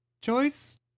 choice